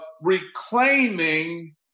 reclaiming